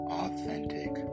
authentic